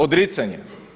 Odricanje.